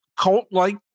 cult-like